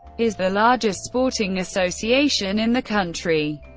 is the largest sporting association in the country.